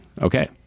Okay